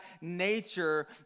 nature